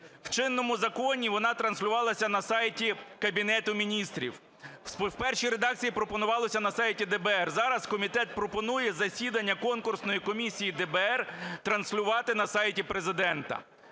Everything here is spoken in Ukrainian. В чинному законі вона транслювалася на сайті Кабінету Міністрів. В першій редакції пропонувалося на сайті ДБР. Зараз комітет пропонує засідання конкурсної комісії ДБР транслювати на сайті Президента.